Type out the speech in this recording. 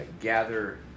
gather